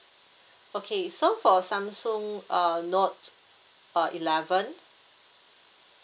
okay so for samsung uh note uh eleven